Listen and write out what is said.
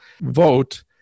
vote